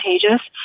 contagious